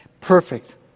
Perfect